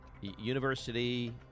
University